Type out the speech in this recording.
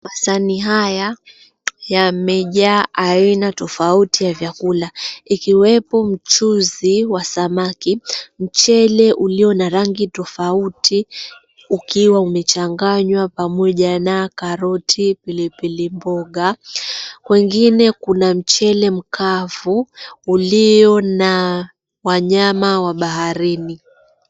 Masahani haya yamejaa aina tofauti ya vyakula, ikiwepo mchuzi wa samaki, mchele ulio na rangi tofauti ukiwa umechanganywa pamoja na karoti pilipili mboga. Kwengine kuna mchele mkavu ulio na wanyama wa baharini.